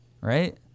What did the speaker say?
right